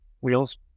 wheels